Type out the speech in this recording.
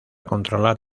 controlar